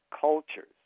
cultures